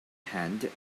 hand